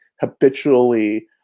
habitually